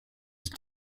ich